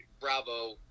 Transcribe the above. Bravo